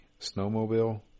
snowmobile